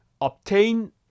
obtain